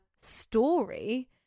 story